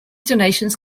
donations